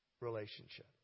relationship